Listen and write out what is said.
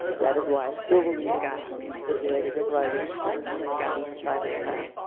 that is why i still believe this needs to be stipulated in writing and in the student assignment plan.